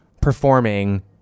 performing